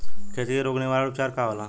खेती के रोग निवारण उपचार का होला?